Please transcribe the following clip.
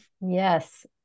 Yes